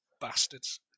Bastards